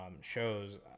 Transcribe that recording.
shows